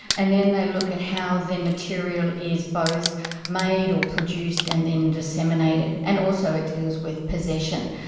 and then they look at how the material is both made or produced and then disseminated, and also it deals with possession.